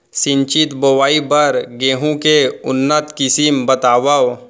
सिंचित बोआई बर गेहूँ के उन्नत किसिम बतावव?